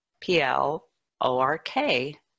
P-L-O-R-K